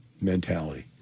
mentality